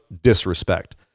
disrespect